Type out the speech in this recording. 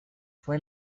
fue